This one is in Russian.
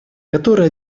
которые